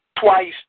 twice